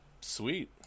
sweet